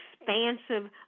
expansive